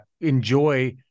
enjoy